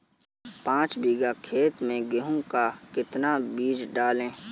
पाँच बीघा खेत में गेहूँ का कितना बीज डालें?